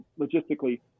logistically